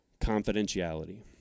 Confidentiality